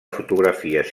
fotografies